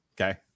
Okay